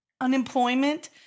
unemployment